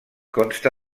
consta